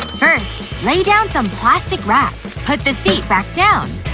first, lay down some plastic wrap. put the seat back down.